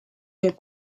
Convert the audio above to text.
der